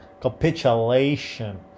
Capitulation